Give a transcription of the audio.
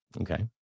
Okay